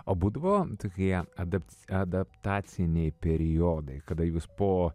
o būdavo tokie ada adaptaciniai periodai kada jūs po